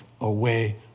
away